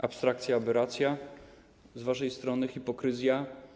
Abstrakcja, aberracja z waszej strony, hipokryzja.